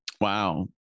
Wow